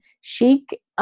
Chic